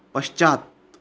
पश्चात्